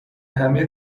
همه